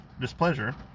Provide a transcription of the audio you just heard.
displeasure